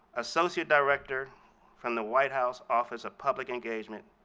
associate director from the white house office of public engagement.